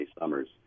Summers